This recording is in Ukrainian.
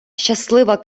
щаслива